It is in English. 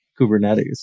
Kubernetes